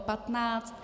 15.